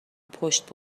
پشت